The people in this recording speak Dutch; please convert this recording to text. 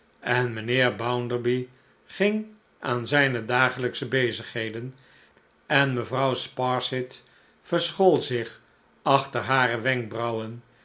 en mijnheer bounderby ging aan zijne dagelijksche bezigheden en mevrouw sparsit verschool zich achter hare wenkbrauwen